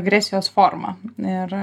agresijos forma ir